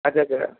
আচ্ছা আচ্ছা